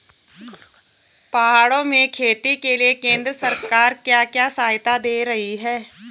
पहाड़ों में खेती के लिए केंद्र सरकार क्या क्या सहायता दें रही है?